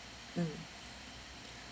mm